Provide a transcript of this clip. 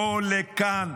בוא לכאן,